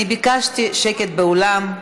אני ביקשתי שקט באולם.